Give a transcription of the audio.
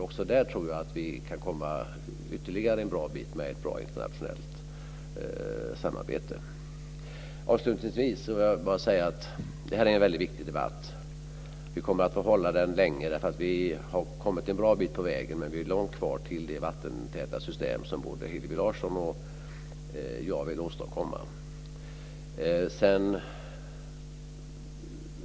Också där tror jag att vi kan komma ytterligare en bit med ett bra internationellt samarbete. Avslutningsvis vill jag bara säga att det här är en väldigt viktig debatt. Vi kommer att få hålla på med den länge. Vi har kommit en bra bit på väg men vi har långt kvar till det vattentäta system som både Hillevi Larsson och jag vill åstadkomma.